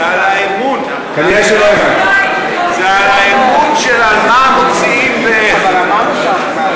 זה על האמון, על מה מוציאים ואיך.